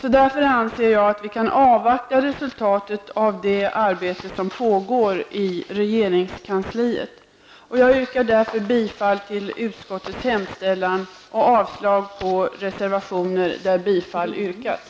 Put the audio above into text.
Jag anser därför att vi kan avvakta resultatet av det arbete som pågår i regeringskansliet. Jag yrkar bifall till utskottets hemställan och avslag på de reservationer till vilka bifall har yrkats.